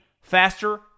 faster